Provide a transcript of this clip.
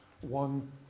one